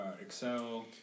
Excel